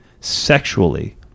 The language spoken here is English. sexually